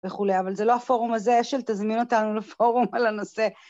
וכולי, אבל זה לא הפורום הזה, אשל תזמין אותנו לפורום על הנושא.